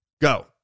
go